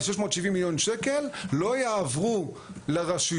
של 670 מיליון שקל - לא יעברו לרשויות,